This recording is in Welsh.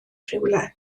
rhywle